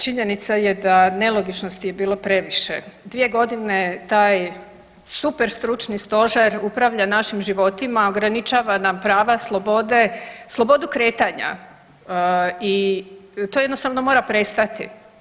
Činjenica je da nelogičnosti je bilo previše, 2.g. taj super stručni stožer upravlja našim životima, ograničava nam prava, slobode, slobodu kretanja i to jednostavno mora prestati.